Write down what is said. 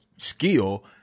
skill